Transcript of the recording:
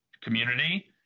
community